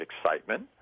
excitement